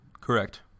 Correct